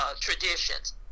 traditions